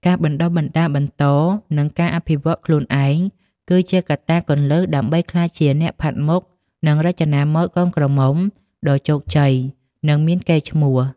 ការបណ្តុះបណ្តាលបន្ត និងការអភិវឌ្ឍន៍ខ្លួនឯងគឺជាកត្តាគន្លឹះដើម្បីក្លាយជាអ្នកផាត់មុខ និងរចនាម៉ូដកូនក្រមុំដ៏ជោគជ័យ និងមានកេរ្តិ៍ឈ្មោះ។